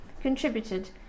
contributed